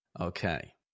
Okay